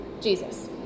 Jesus